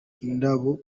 indabo